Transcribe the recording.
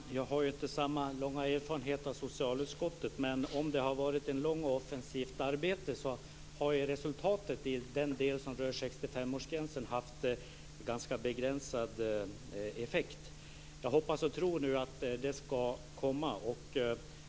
Herr talman! Jag har inte samma långa erfarenhet av socialutskottet. Men om det har varit ett långt och offensivt arbete har resultatet i den del som rör 65 årsgränsen haft ganska begränsad effekt. Jag hoppas och tror nu att en ändring ska komma.